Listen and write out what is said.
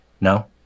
No